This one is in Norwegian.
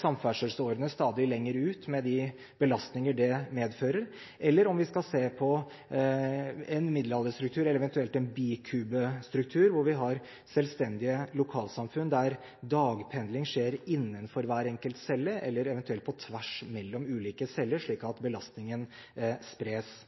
samferdselsårene stadig lenger ut med de belastninger det medfører, eller om vi skal se på en middelalderstruktur eller eventuelt en bikubestruktur, hvor vi har selvstendige lokalsamfunn der dagpendling skjer innenfor hver enkelt celle, eller eventuelt på tvers mellom ulike celler slik at belastningen spres.